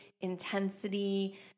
intensity